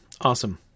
Awesome